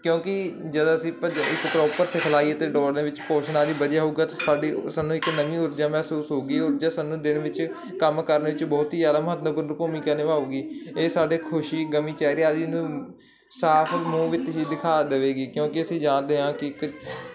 ਕਿਉਂਕਿ ਜਦੋਂ ਅਸੀਂ ਭੱ ਇੱਕ ਪ੍ਰੋਪਰ ਸਿਖਲਾਈ ਅਤੇ ਦੌੜ ਦੇ ਵਿੱਚ ਪੋਸ਼ਣ ਆਦੀ ਵਧੀਆ ਹੋਊਗਾ ਤੇ ਸਾਡੀ ਸਾਨੂੰ ਇੱਕ ਨਵੀਂ ਊਰਜਾ ਮਹਿਸੂਸ ਹੋਗੀ ਸਾਨੂੰ ਦਿਨ ਵਿੱਚ ਕੰਮ ਕਰਨ ਵਿੱਚ ਬਹੁਤ ਹੀ ਜਿਆਦਾ ਮਹੱਤਵਪੂਰਨ ਭੂਮਿਕਾ ਨਿਭਾਉਗੀ ਇਹ ਸਾਡੇ ਖੁਸ਼ੀ ਗਮੀ ਚਿਹਰੇ ਆਦੀ ਨੂੰ ਸਾਫ ਮੂੰਹ ਵਿੱਚ ਹੀ ਦਿਖਾ ਦੇਵੇਗੀ ਕਿਉਂਕਿ ਅਸੀਂ ਜਾਣਦੇ ਹਾਂ ਕਿ